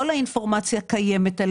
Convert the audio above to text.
כל האינפורמציה עליהם קיימת.